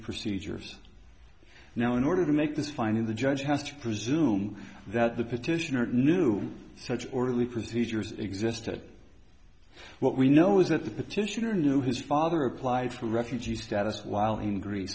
procedures now in order to make this finding the judge has to presume that the petitioner knew such orderly procedures existed what we know is that the petitioner knew his father applied for refugee status while in gree